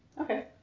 Okay